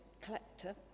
collector